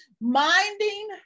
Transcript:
minding